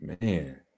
man